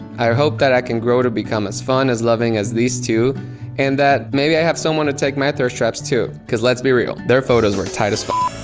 i hope that i can grow to become as fun, as loving as these two and that maybe i have someone to take my thirst traps too. cause let's be real. their photos were tight as upbeat